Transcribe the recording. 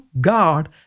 God